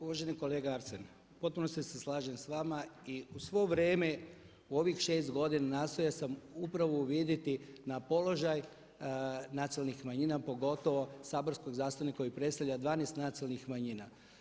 Uvaženi kolega Arsen, u potpunosti se slažem s vama i u svo vrijeme u ovih 6 godina nastojao sam upravo vidjeti na položaj nacionalnih manjina pogotovo saborskog zastupnika koji predstavlja 12 nacionalnih manjina.